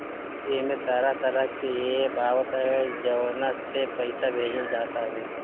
एमे तरह तरह के एप्प आवत हअ जवना से पईसा भेजल जात हवे